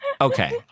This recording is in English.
Okay